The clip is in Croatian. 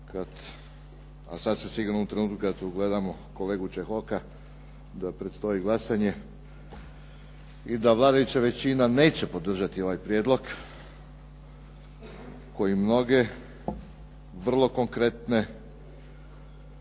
a sasvim sigurno u trenutku kada tu gledamo kolegu Čehoka da predstoji glasanje i da vladajuća većina neće podržati ovaj prijedlog koji mnoge vrlo konkretne,